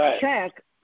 check